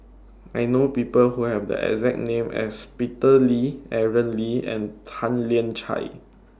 I know People Who Have The exact name as Peter Lee Aaron Lee and Tan Lian Chye